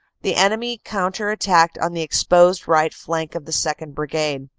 the enemy counter-attacked on the exposed right flank of the second. brigade,